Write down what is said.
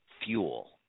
fuel